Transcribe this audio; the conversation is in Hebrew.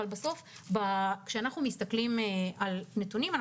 אבל כשאנחנו מסתכלים על נתונים,